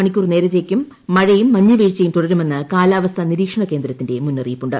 മണിക്കൂർ നേരത്തേക്കും മഴയും മഞ്ഞുവീഴ്ചയും കാലാവസ്ഥാ നിരീക്ഷണ കേന്ദ്രത്തിന്റെ മുന്നറിയിപ്പുണ്ട്